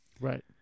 Right